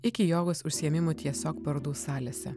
iki jogos užsiėmimų tiesiog parodų salėse